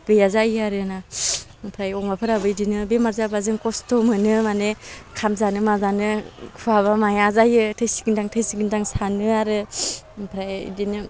गैया जायो आरोना ओमफ्राय अमाफोराबो बिदिनो बेमार जाबा जों खस्थ' मोनो माने ओंखाम जानो मा जानो खुहाबा माया जायो थैसिगोन्दां थैसिगोन्दां सानो आरो ओमफ्राय बिदिनो